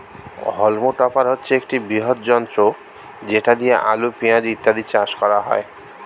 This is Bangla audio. হল্ম টপার হচ্ছে একটি বৃহৎ যন্ত্র যেটা দিয়ে আলু, পেঁয়াজ ইত্যাদি চাষ করা হয়